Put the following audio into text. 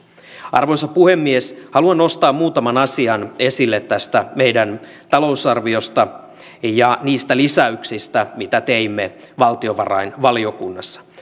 arvoisa puhemies haluan nostaa muutaman asian esille tästä meidän talousarviosta ja niistä lisäyksistä mitä teimme valtiovarainvaliokunnassa